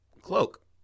cloak